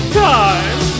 time